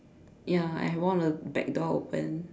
ya I have one of the back door open